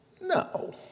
No